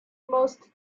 most